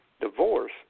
divorce